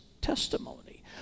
testimony